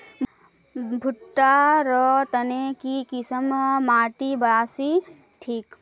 भुट्टा र तने की किसम माटी बासी ठिक?